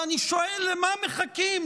ואני שואל: למה מחכים?